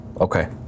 Okay